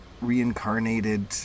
reincarnated